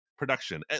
production